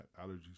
allergies